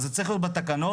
זה צריך להיות בתקנות,